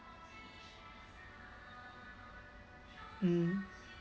mm